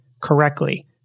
correctly